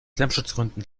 lärmschutzgründen